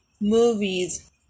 Movies